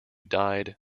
died